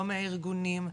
לא מהארגונים,